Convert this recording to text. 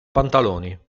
pantaloni